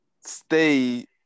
stay